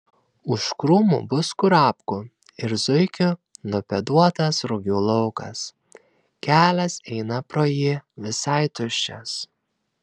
už krūmų bus kurapkų ir zuikių nupėduotas rugių laukas kelias eina pro jį visai tuščias